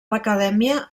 l’acadèmia